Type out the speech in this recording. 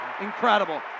Incredible